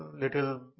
little